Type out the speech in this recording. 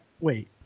Wait